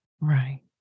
Right